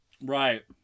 Right